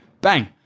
bang